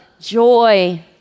joy